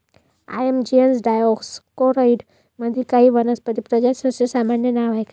yam genus Dioscorea मध्ये काही वनस्पती प्रजातींचे सामान्य नाव आहे